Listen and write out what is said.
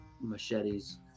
machetes